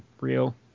real